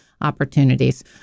opportunities